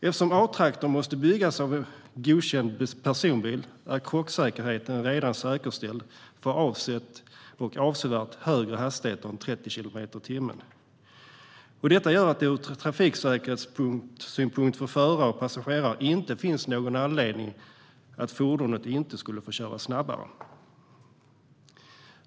Eftersom A-traktorn måste byggas av en godkänd personbil är krocksäkerheten säkerställd för avsevärt högre hastigheter än 30 kilometer i timmen. Detta gör att det ur säkerhetssynpunkt för förare och passagerare inte finns någon anledning att fordonen inte skulle få köras snabbare.